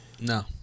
No